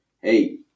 hey